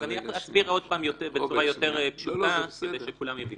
אז אני אסביר עוד פעם בצורה יותר פשוטה כדי שכולם יבינו: